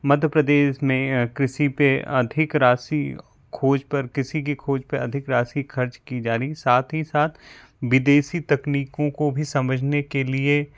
मध्य प्रदेश में कृषि पे अधिक राशि खोज पर कृषि की खोज पे अधिक राशि खर्च की जा रही साथ ही साथ विदेशी तकनीकों को भी समझने के लिए